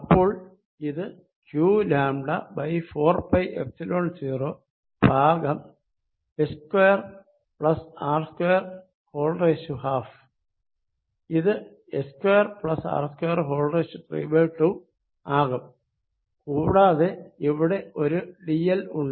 അപ്പോൾ ഇത് qλ4πϵ0 ഭാഗം h2r212 ഇത് h2r232 ആകും കൂടാതെ അവിടെ ഒരു dl ഉണ്ട്